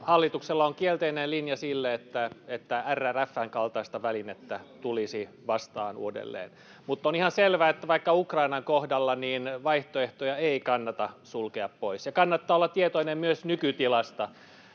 Hallituksella on kielteinen linja sille, että RRF:n kaltaista välinettä tulisi vastaan uudelleen. Mutta on ihan selvä, että vaikka Ukrainan kohdalla vaihtoehtoja ei kannata sulkea pois, kannattaa olla tietoinen myös nykytilasta.